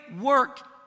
work